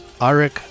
Arik